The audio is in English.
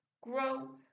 grow